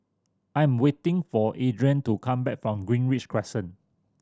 I am waiting for Adrien to come back from Greenridge Crescent